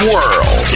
World